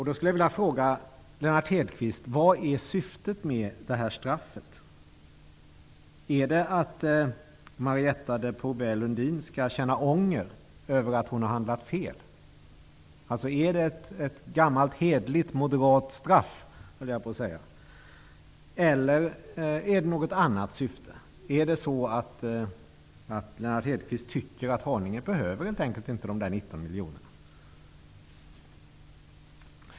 Då skulle jag vilja fråga Lennart Hedquist vad syftet med det här straffet är. Är det att Marietta de Pourbaix-Lundin skall känna ånger över att hon har handlat fel? Är det ett gammalt hederligt moderat straff eller är det något annat syfte med det hela? Tycker Lennart Hedquist att Haninge helt enkelt inte behöver dessa 19 miljoner?